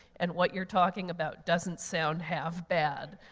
and what you're talking about doesn't sound half bad.